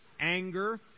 anger